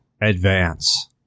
advance